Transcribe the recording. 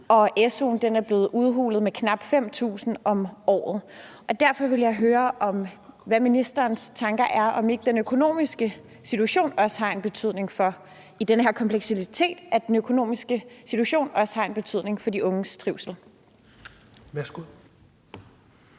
og su'en er blevet udhulet med knap 5.000 kr. om året. Derfor vil jeg høre, hvad ministerens tanker er om, om ikke den økonomiske situation også har en betydning for de unges trivsel i